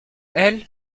elle